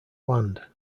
land